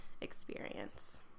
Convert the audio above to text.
experience